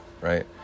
right